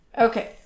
Okay